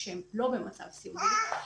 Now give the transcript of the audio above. הם לא במצב סיעודי.